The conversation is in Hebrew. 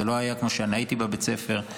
זה לא כמו כשאני הייתי בבית ספר,